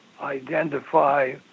identify